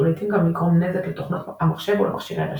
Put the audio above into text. ולעיתים גם לגרום נזק לתוכנות המחשב ולמכשירי רשת.